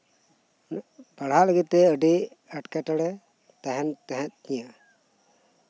ᱯᱟᱲᱦᱟᱜ ᱞᱟᱹᱜᱤᱫ ᱛᱮ ᱟᱹᱰᱤ ᱮᱸᱴᱠᱮ ᱴᱚᱬᱮ ᱛᱟᱦᱮᱱ ᱛᱟᱦᱮᱫ ᱛᱤᱧᱟᱹ